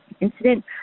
incident